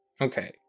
Okay